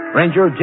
Ranger